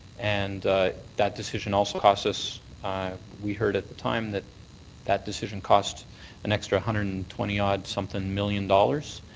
and that decision also cost us we heard at the time that that decision cost an extra one hundred and twenty odd something million dollars.